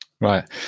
right